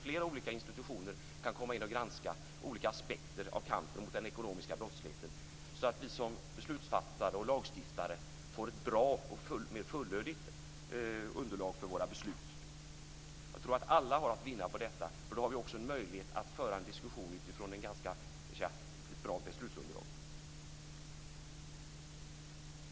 Flera olika institutioner kan komma in och granska olika aspekter av kampen mot den ekonomiska brottsligheten, så att vi som beslutsfattare och lagstiftare får ett bra och mer fullödigt underlag för våra beslut. Jag tror att alla har att vinna på detta, för då har vi också en möjlighet att föra en diskussion utifrån ett ganska bra beslutsunderlag.